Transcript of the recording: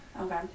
Okay